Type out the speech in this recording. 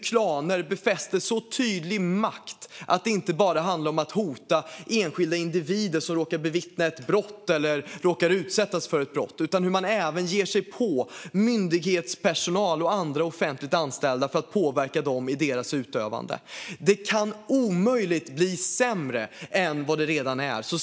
Klaner befäster så tydlig makt att det inte bara handlar om att hota enskilda individer som råkar bevittna eller utsättas för ett brott, utan man ger sig även på myndighetspersonal och andra offentligt anställda för att påverka dem i deras utövande. Det kan omöjligt bli sämre än vad det redan är.